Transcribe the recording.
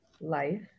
life